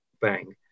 bang